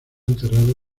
enterrado